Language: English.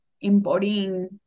embodying